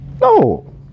No